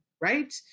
right